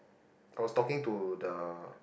I was talking to the